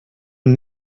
und